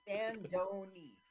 Sandoni